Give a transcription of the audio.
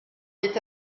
est